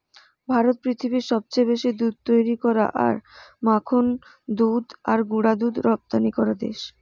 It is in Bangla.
ভারত পৃথিবীর সবচেয়ে বেশি দুধ তৈরী করা আর মাখন দুধ আর গুঁড়া দুধ রপ্তানি করা দেশ